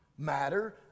Matter